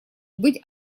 быть